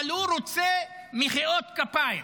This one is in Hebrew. אבל הוא רוצה מחיאות כפיים